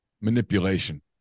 manipulation